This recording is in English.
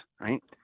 Right